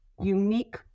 unique